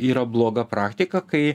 yra bloga praktika kai